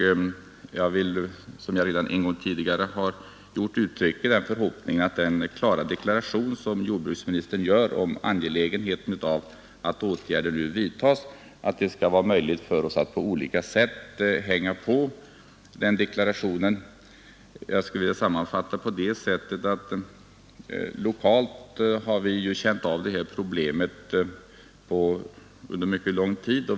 Som jag redan en gång tidigare gjort vill jag uttrycka den förhoppningen att den klara deklaration som jordbruksministern gör om angelägenheten av att åtgärder nu vidtas skall möjliggöra för oss att på olika sätt få till stånd sådana åtgärder. Jag skulle vilja sammanfatta med att säga att vi lokalt känt av problemet under mycket lång tid.